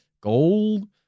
gold